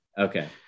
Okay